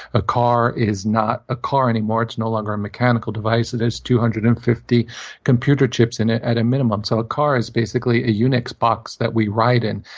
a car is not a car anymore. it's no longer a mechanical device. there's two hundred and fifty computer chips in it, at a minimum. so a car is basically a unix box that we ride in.